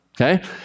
Okay